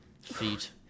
Feet